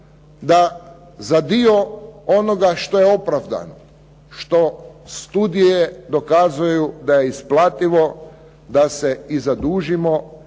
da za dio onoga što je opravdano, što studije dokazuju da je isplativo da se i zadužimo,